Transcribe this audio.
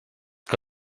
que